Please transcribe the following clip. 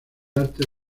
arte